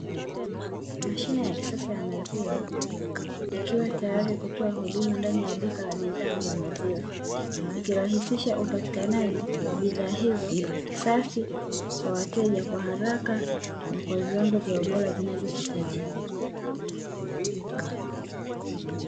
Mashine ya kisasa ya maziwa ikiwa tayari kutoa huduma ndani ya duka la maziwa, ikirahisisha upatikanaji wa bidhaa hizo safi kwa wateja kwa haraka na kwa viwango vya ubora vinavyohutajika